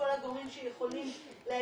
כל הגורמים שיכולים להעיד,